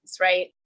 right